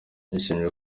yashimye